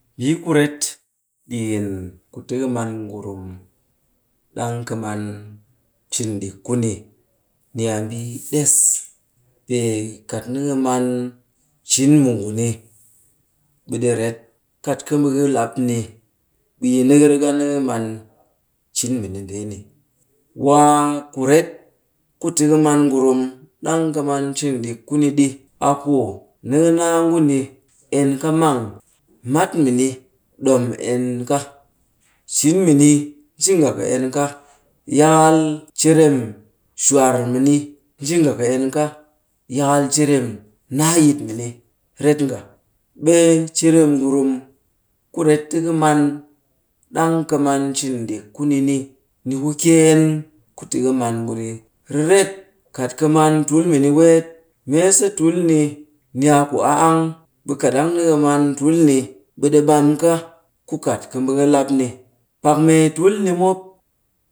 Mbii ku ret ɗikin ku ti ka man ngurum, ɗang ka man cin ɗik ku ni, ni a mbii ɗess. Pee kat ni ka man cin mu nguni, ɓe ɗi ret. Kat ka mbaa ka lap ni, ɓe yi ni ka riga ni ka man cin mini ndeeni. Waa ku ret ku ti ka man ngurum ɗang ka man cin ɗik ku ni ɗi, a ku ni ka naa nguni, en ka mang. Mat mini, ɗom en ka. Cin mini, nji nga kɨ en ka. Yakal cirem shwar mini, nji nga kɨ en ka. Yakal cirem naa yit mini, ret nga. Ɓe cirem ngurum ku ret ti ka man, dang ka man cin ɗik kuni ni, ni ku kyeen ku ti ka man nguni riret. Kat ka man tul mini weet. Mee se tul ni, ni a ku ɨ'ank. Ɓe kat ɗang ni ka man tul ni, ɓe ɗi ɓam ka ku kat ka mbaa ka lap ni. Pak mee tul ni mop